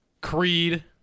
Creed